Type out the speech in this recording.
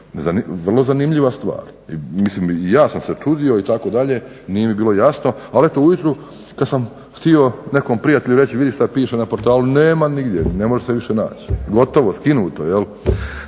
Vrlo zanimljiva stvar. Mislim i ja sam se čudio itd., nije mi bilo jasno, ali eto ujutro kad sam htio nekom prijatelju reći vidi šta piše na portalu nema nigdje, ne može se više naći, gotovo, skinuto. Tako